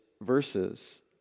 verses